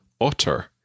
otter